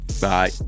Bye